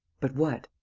but what?